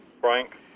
Frank